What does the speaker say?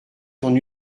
ton